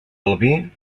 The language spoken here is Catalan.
albí